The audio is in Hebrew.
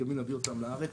ולהביא אותם לארץ.